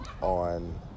on